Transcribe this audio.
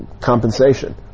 compensation